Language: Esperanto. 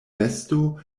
vesto